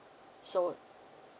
so